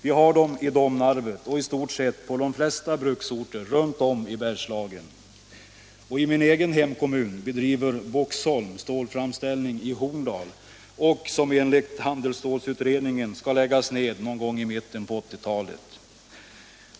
Vi har problemen i Domnarvet och i stort sett på de flesta bruksorter runt om i Bergslagen. I min egen hemkommun bedriver Boxholm stålframställning i Horndal, men den verksamheten skall enligt handelsstålsutredningen läggas ned i mitten på 1980-talet.